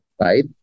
Right